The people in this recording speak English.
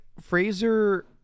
Fraser